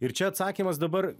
ir čia atsakymas dabar